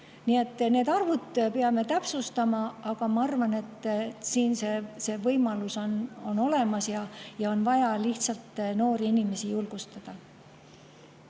neid arve me peame täpsustama. Aga ma arvan, et kui selline võimalus on olemas, siis on vaja lihtsalt noori inimesi julgustada.